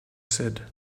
said